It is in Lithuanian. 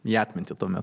į atmintį tuomet